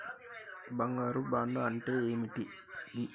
బంగారు బాండు అంటే ఏంటిది?